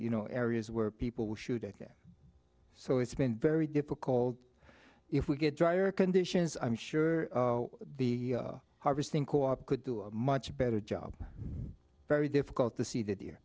you know areas where people will shoot at them so it's been very difficult if we get drier conditions i'm sure the harvesting co op could do a much better job very difficult to see that here